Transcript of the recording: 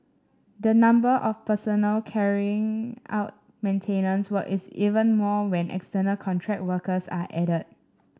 the number of personnel carrying out maintenance work is even more when external contract workers are added